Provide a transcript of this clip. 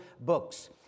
books